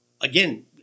Again